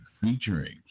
featuring